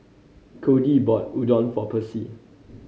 Codie bought Udon for Percy